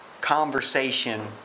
conversation